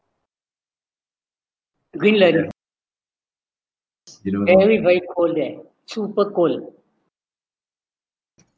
greenland everybody go there super cold